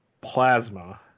Plasma